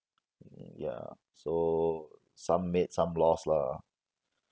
mm ya so some made some lost lah